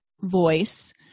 voice